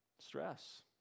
Stress